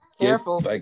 Careful